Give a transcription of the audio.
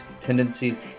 tendencies